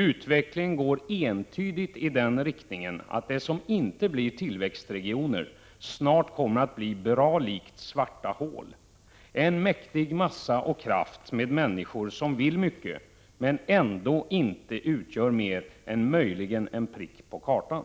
Utvecklingen går entydigt i den riktningen att det som inte blivit tillväxtregioner snart kommer att bli bra likt svarta hål — en mäktig massa och kraft med människor som vill mycket, men ändå inte utgör mer än möjligen en prick på kartan.